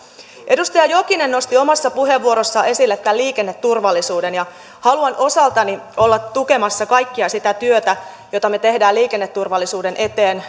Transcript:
edustaja jokinen nosti omassa puheenvuorossaan esille tämän liikenneturvallisuuden ja haluan osaltani olla tukemassa kaikkea sitä työtä jota me teemme liikenneturvallisuuden eteen